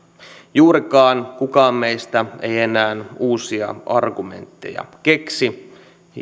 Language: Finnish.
juurikaan kukaan meistä ei enää uusia argumentteja keksi